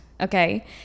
Okay